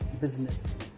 business